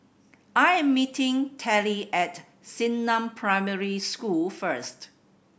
I am meeting Tallie at Xingnan Primary School first